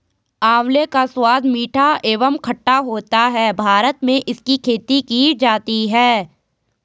आंवले का स्वाद मीठा एवं खट्टा होता है भारत में इसकी खेती की जाती है